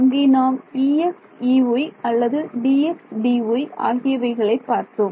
அங்கே நாம் Ex Ey அல்லது Dx Dy ஆகியவைகளை பார்த்தோம்